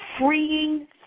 freeing